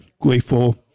grateful